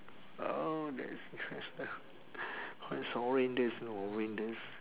oh that's that's horrendous know horrendous